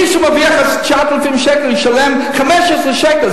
מי שמרוויח 9,000 שקל ישלם 15 שקל.